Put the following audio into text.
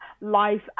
life